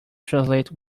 translate